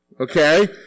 okay